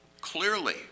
clearly